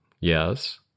Yes